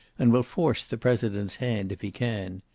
and will force the president's hand if he can.